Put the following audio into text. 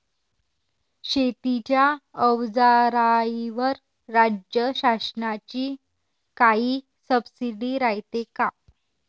शेतीच्या अवजाराईवर राज्य शासनाची काई सबसीडी रायते का?